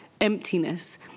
emptiness